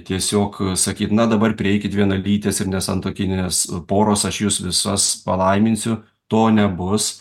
tiesiog a sakyt na dabar prieikit vienalytės ir nesantuokinės poros aš jus visas palaiminsiu to nebus